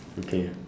okay